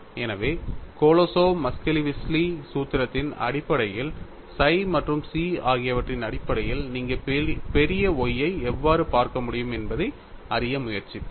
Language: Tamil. எனவே கொலோசோவ் மஸ்கெலிஷ்விலி சூத்திரத்தின் அடிப்படையில் psi மற்றும் chi ஆகியவற்றின் அடிப்படையில் நீங்கள் பெரிய Y ஐ எவ்வாறு பார்க்க முடியும் என்பதை அறிய முயற்சிப்போம்